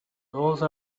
those